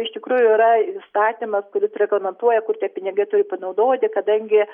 iš tikrųjų yra įstatymas kuris reglamentuoja kur tie pinigai turi panaudoti kadangi